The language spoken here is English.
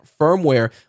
firmware